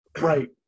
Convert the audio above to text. Right